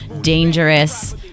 dangerous